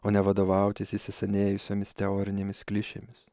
o ne vadovautis įsisenėjusiomis teorinėmis klišėmis